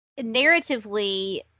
Narratively